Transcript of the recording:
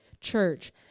church